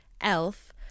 elf